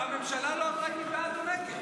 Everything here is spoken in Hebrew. הממשלה לא אמרה אם היא בעד או נגד.